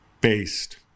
based